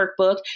workbook